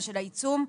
של העיצום,